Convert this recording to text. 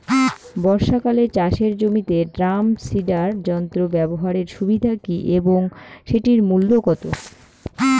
বর্ষাকালে চাষের জমিতে ড্রাম সিডার যন্ত্র ব্যবহারের সুবিধা কী এবং সেটির মূল্য কত?